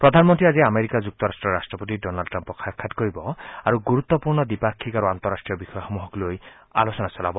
প্ৰধানমন্ত্ৰীয়ে আজি আমেৰিকা যুক্তৰট্টৰ ৰাট্টপতি ড'নান্ড ট্ৰাম্পক সাক্ষাৎ কৰিব আৰু ণুৰুত্বপূৰ্ণ দ্বিপাক্ষিক আৰু আন্তৰাষ্ট্ৰীয় বিষয়সমূহক লৈ আলোচনা চলাব